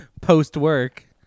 post-work